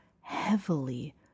heavily